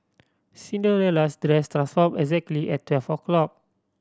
Cinderella's dress transformed exactly at twelve o'clock